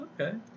Okay